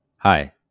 Hi